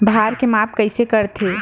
भार के माप कइसे करथे?